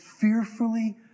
fearfully